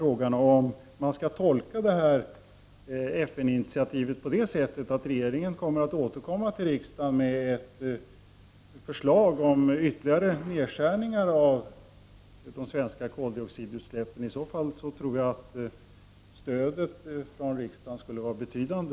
Skall man tolka FN-initiativet på det sättet att regeringen kommer att återkomma till riksdagen med ett förslag om ytterligare minskningar av de svenska koldioxidutsläppen? I så fall tror jag att stödet från riksdagen blir betydande.